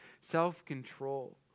self-control